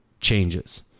changes